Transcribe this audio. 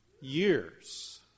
years